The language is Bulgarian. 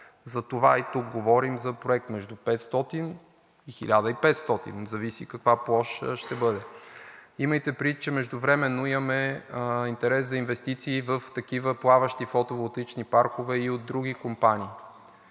Затова и тук говорим за проект между 500 и 1500, зависи каква площ ще бъде. Имайте предвид, че междувременно имаме интерес за инвестиции в такива плаващи фотоволтаични паркове и от други компании.